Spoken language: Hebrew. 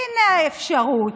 הינה האפשרות.